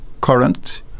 current